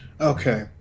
Okay